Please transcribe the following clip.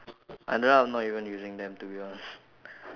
I ended up not even using them to be honest